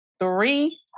three